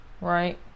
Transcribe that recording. right